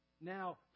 now